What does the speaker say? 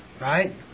Right